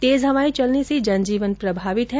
तेज हवाए चलने से जनजीवन प्रभावित है